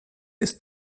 ist